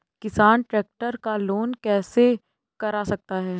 किसान ट्रैक्टर का लोन कैसे करा सकता है?